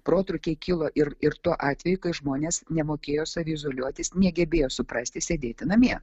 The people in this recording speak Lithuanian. protrūkiai kilo ir ir tuo atveju kai žmonės nemokėjo saviizoliuotis negebėjo suprasti sėdėti namie